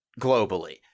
globally